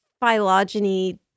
phylogeny